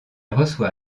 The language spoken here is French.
reçoit